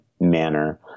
manner